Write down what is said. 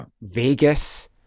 Vegas